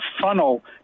funnel